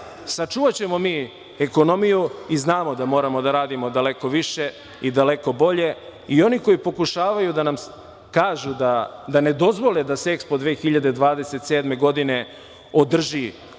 sačuvaćemo mi ekonomiju i znamo da moramo da radimo daleko više i daleko bolje. Oni koji pokušavaju da nam kažu da ne dozvole da se EKSPO 2027. godine održi u